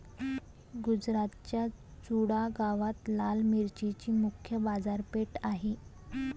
गुजरातच्या चुडा गावात लाल मिरचीची मुख्य बाजारपेठ आहे